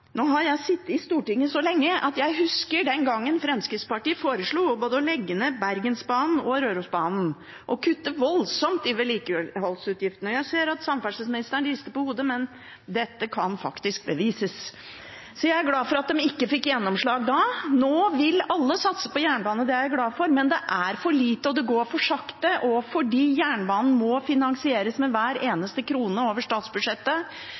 Nå har jeg sittet på Stortinget så lenge at jeg husker den gangen Fremskrittspartiet foreslo å legge ned både Bergensbanen og Rørosbanen og kutte voldsomt i vedlikeholdsutgiftene. Jeg ser at samferdselsministeren rister på hodet, men dette kan faktisk bevises. Jeg er glad for at de ikke fikk gjennomslag da. Nå vil alle satse på jernbane, det er jeg glad for. Men det er for lite, og det går for sakte. Fordi jernbane må finansieres med hver eneste krone over statsbudsjettet,